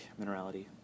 minerality